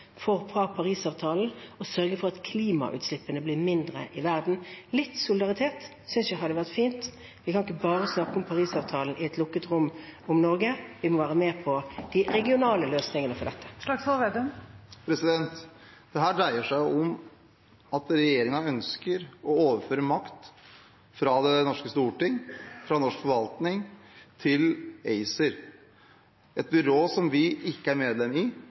Parisavtalen, og sørge for at klimautslippene blir mindre i verden. Litt solidaritet synes jeg hadde vært fint. Vi kan ikke bare snakke om Parisavtalen i et lukket rom i Norge, vi må være med på de regionale løsningene for dette. Dette dreier seg om at regjeringen ønsker å overføre makt fra det norske storting og fra norsk forvaltning til ACER, et byrå som vi ikke er medlem i,